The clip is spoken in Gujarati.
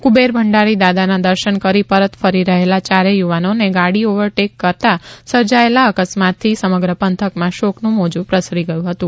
કુબેરભંડારી દાદાના દર્શન કરી પરત ફરી રહેલા ચારેય યુવાનોને ગાડી ઓવર ટેક કરાતા સર્જાયેલા અકસ્માતથી સમગ્ર પંથકમાં શોકનું મોજુ પ્રસરી ગયું હતું